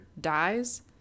dies